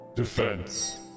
Defense